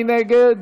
מי נגד?